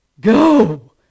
Go